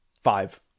Five